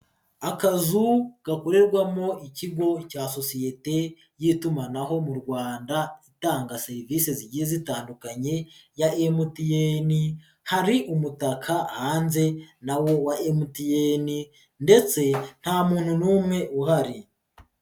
Akazu gakorerwamo ikigo cya sosiyete y'itumanaho mu Rwanda itanga serivisi zigiye zitandukanye ya MTN, hari umutaka hanze na wo wa MTN ndetse nta muntu n'umwe uhari.